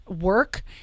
work